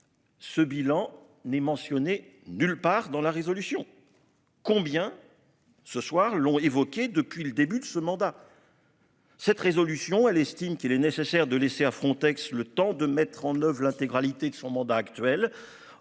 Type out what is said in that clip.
Ce bilan n'est mentionné nulle part dans la résolution. Combien. Ce soir l'ont évoqué, depuis le début de ce mandat. Cette résolution, elle estime qu'il est nécessaire de laisser à Frontex. Le temps de mettre en oeuvre l'intégralité de son mandat actuel